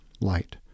light